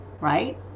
right